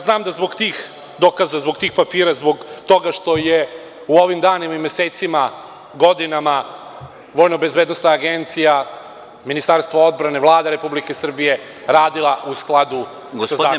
Znam da zbog tih dokaza, zbog tih papira, zbog toga što je u ovim danima i mesecima, godinama, Vojno-bezbednosna agencija, Ministarstvo odbrane, Vlada Republike Srbije, radila u skladu sa zakonima…